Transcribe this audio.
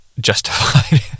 justified